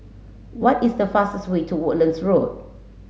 what is the fastest way to Woodlands Road